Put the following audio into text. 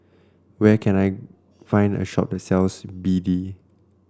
where can I find a shop that sells B D